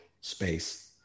space